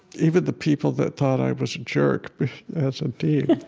even the people that thought i was a jerk as a dean,